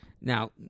Now